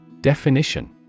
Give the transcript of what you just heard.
Definition